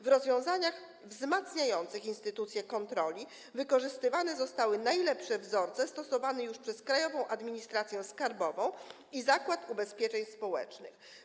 W rozwiązaniach wzmacniających instytucję kontroli wykorzystane zostały najlepsze wzorce stosowane już przez Krajową Administrację Skarbową i Zakład Ubezpieczeń Społecznych.